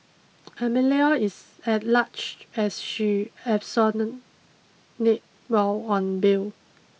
Amelia is at large as she absconded while on bail